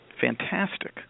Fantastic